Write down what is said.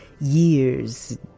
years